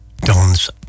Don's